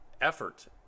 effort